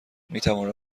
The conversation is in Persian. میتوان